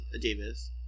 Davis